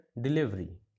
delivery